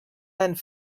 and